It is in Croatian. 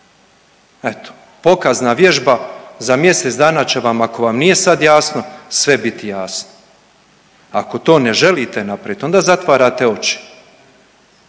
eto. Pokazna vježba za mjesec dana će vam ako vam nije sad jasno sve biti jasno, ako to ne želite napravit onda zatvarate oči,